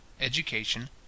education